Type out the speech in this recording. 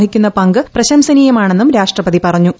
വഹിക്കുന്ന പങ്ക് പ്രശംസനീയമാണെന്നും രാഷ്ട്രപതി പറഞ്ഞു